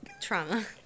Trauma